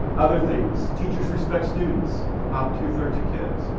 other things. teacher respect students about two-thirds of kids.